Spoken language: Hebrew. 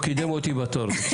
הוא קידם אותי בתור.